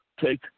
take